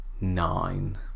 nine